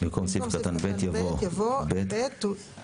במקום סעיף קטן (ב) יבוא: "(ב)תקופת